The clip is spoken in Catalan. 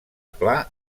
pla